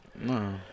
No